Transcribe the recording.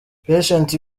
patient